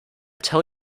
tell